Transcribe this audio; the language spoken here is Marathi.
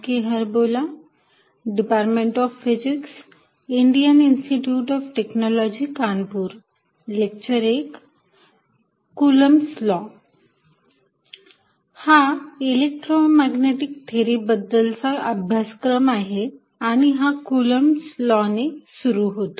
कुलम्बस लॉ हा इलेक्ट्रोमॅग्नेटिक थेअरी बद्दलचा अभ्यासक्रम आहे आणि हा कुलम्बस लॉ Coulombs Law ने सुरू होतो